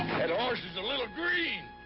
that horse is a little green.